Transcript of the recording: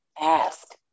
ask